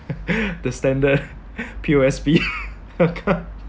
the standard P_O_S_B account